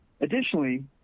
Additionally